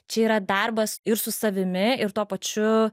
čia yra darbas ir su savimi ir tuo pačiu